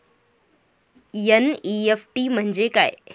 NEFT म्हणजे काय?